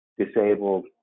disabled